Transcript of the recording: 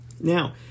Now